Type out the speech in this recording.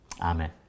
Amen